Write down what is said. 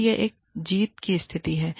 तो यह एक जीत की स्थिति है